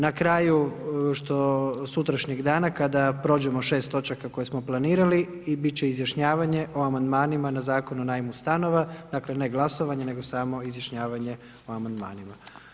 Na kraju sutrašnjeg dana kada prođemo 6. točaka koje smo planirali i biti će izjašnjavanje o amandmanima na Zakon o najmu stanova, dakle ne glasovanje nego samo izjašnjavanje o amandmanima.